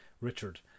Richard